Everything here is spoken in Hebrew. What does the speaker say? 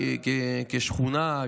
כשכונה,